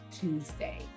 Tuesday